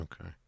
Okay